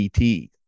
ET